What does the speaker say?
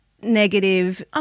negative